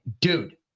dude